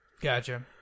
Gotcha